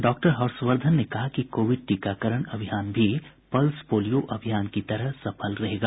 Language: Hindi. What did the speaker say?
डॉक्टर हर्षवर्धन ने कहा कि कोविड टीकारण अभियान भी पल्स पोलियो अभियान की तरह सफल होगा